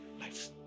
life